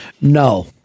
No